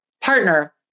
partner